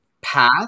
path